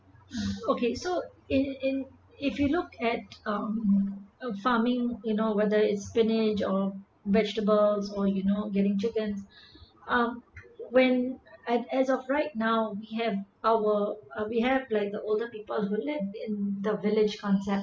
okay so in in if you look at um a farming you know weather it's spinach or vegetables or you know getting chicken um when I'd as of right now we have our uh we have like the older people who lived in the village concept